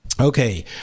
okay